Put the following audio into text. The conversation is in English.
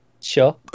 Sure